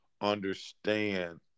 understand